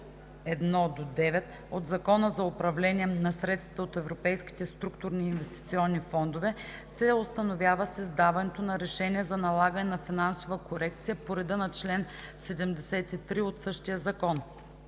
1 – 9 от Закона за управление на средствата от Европейските структурни и инвестиционни фондове, се установява с издаването на решение за налагане на финансова корекция по реда на чл. 73 от същия закон.